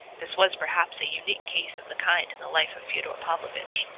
this was, perhaps, a unique case of the kind in the life of fyodor pavlovitch,